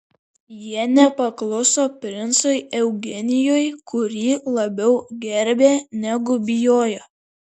jie nepakluso princui eugenijui kurį labiau gerbė negu bijojo